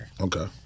Okay